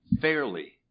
fairly